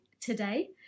today